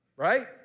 Right